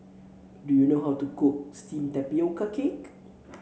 do you know how to cook steamed Tapioca Cake